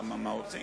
מה עושים,